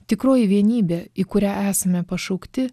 tikroji vienybė į kurią esame pašaukti